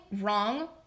wrong